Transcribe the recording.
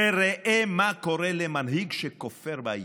וראה מה קורה למנהיג שכופר בעיקר,